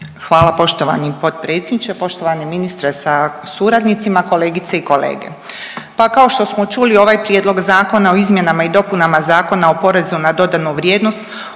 Hvala poštovani potpredsjedniče, poštovani ministre sa suradnicima, kolegice i kolege. Pa kao što smo čuli, ovaj Prijedlog zakona o izmjenama i dopunama Zakona o porezu na dodanu vrijednost,